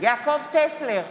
יעקב טסלר,